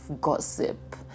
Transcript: gossip